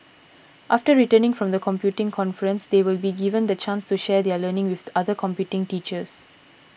after returning from the computing conference they will be given the chance to share their learning with other computing teachers